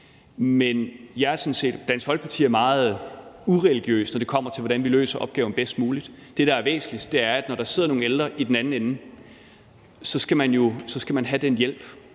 Folkeparti er meget ureligiøst, når det kommer til, hvordan vi løser opgaven bedst muligt. Det, der er væsentligst, er, at når der sidder nogle ældre i den anden ende, skal de jo have den hjælp,